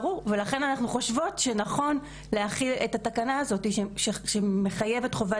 ברור ולכן אנחנו חושבות שנכון להכיל את התקנה הזאתי שמחייבת חובת